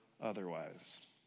otherwise